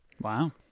Wow